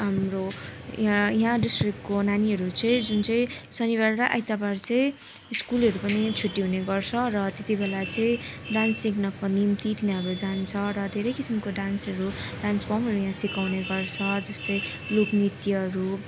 हाम्रो यहाँ यहाँ ड्रिस्टिकको नानीहरू चाहिँ जुन चाहिँ शनिवार र आइतवार चाहिँ स्कुलहरू पनि छुट्टी हुने गर्छ र त्यतिबेला चाहिँ डान्स सिक्नको निम्ति तिनीहरू जान्छ र धेरै किसिमको डान्सहरू डान्स फर्महरू यहाँ सिकाउने गर्छ जस्तै लोकनृत्यहरू